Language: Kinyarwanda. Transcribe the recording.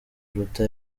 aruta